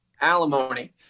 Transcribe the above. alimony